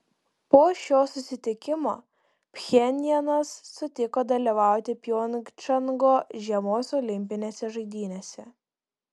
po šio susitikimo pchenjanas sutiko dalyvauti pjongčango žiemos olimpinėse žaidynėse